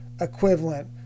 equivalent